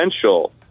potential